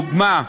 לדוגמה,